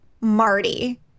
Marty